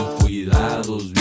cuidados